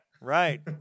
Right